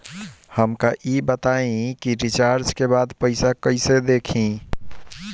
हमका ई बताई कि रिचार्ज के बाद पइसा कईसे देखी?